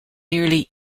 nearly